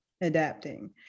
Adapting